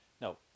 no